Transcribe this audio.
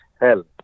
hell